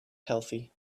healthy